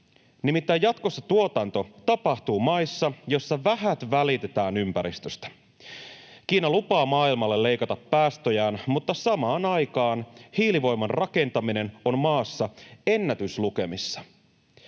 Nimittäin jatkossa tuotanto tapahtuu maissa, joissa vähät välitetään ympäristöstä. Kiina lupaa maailmalle leikata päästöjään, mutta samaan aikaan hiilivoiman rakentaminen on maassa ennätyslukemissa.